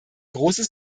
großes